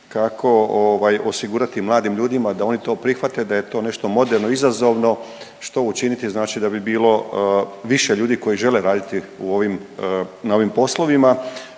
kako osigurati mladim ljudima da oni to prihvate da je to nešto moderno, izazovno. Što učiniti znači da bi bilo više ljudi koji žele raditi na ovim poslovima,